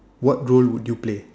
what role would you play